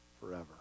forever